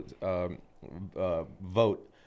vote